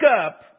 up